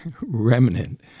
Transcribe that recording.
remnant